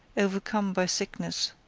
overcome by sickness,